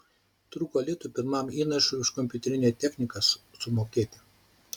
trūko litų pirmam įnašui už kompiuterinę techniką sumokėti